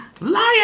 Liar